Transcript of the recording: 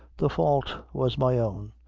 the fault was my own.